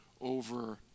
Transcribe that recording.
over